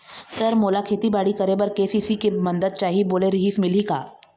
Sir मोला खेतीबाड़ी करेबर के.सी.सी के मंदत चाही बोले रीहिस मिलही का?